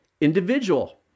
individual